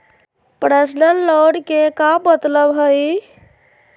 Personal loan के का मतलब हई?